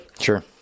Sure